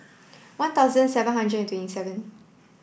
one thousand seven hundred twenty seven